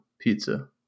pizza